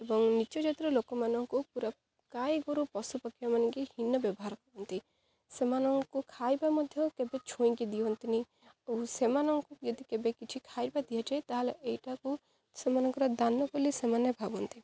ଏବଂ ନୀଚ୍ଚ ଜାତିର ଲୋକମାନଙ୍କୁ ପୁରା ଗାଈଗୋରୁ ପଶୁ ପକ୍ଷୀ ହୀନ ବ୍ୟବହାର କରନ୍ତି ସେମାନଙ୍କୁ ଖାଇବା ମଧ୍ୟ କେବେ ଛୁଇଁକି ଦିଅନ୍ତିନି ଆଉ ସେମାନଙ୍କୁ ଯଦି କେବେ କିଛି ଖାଇବା ଦିଆଯାଏ ତାହେଲେ ଏଇଟାକୁ ସେମାନଙ୍କର ଦାନ ବୋଲି ସେମାନେ ଭାବନ୍ତି